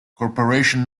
corporation